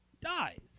dies